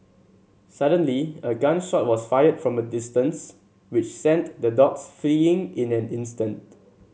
suddenly a gun shot was fired from a distance which sent the dogs fleeing in an instant